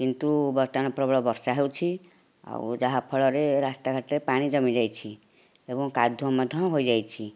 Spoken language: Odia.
କିନ୍ତୁ ବର୍ତ୍ତମାନ ପ୍ରବଳ ବର୍ଷା ହେଉଛି ଆଉ ଯାହାଫଳରେ ରାସ୍ତାଘାଟରେ ପାଣି ଜମିଯାଇଛି ଏବଂ କାଦୁଅ ମଧ୍ୟ ହୋଇଯାଇଛି